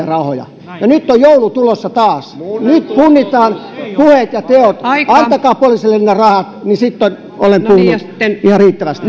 rahoja nyt on joulu tulossa taas nyt punnitaan puheet ja teot antakaa poliisille ne rahat niin sitten olen puhunut ihan riittävästi